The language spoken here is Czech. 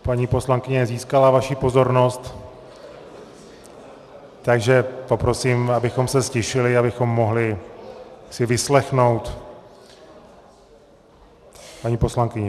Paní poslankyně získala vaši pozornost, takže poprosím, abychom se ztišili, abychom si mohli vyslechnout paní poslankyni.